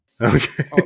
Okay